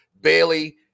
Bailey